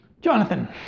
Jonathan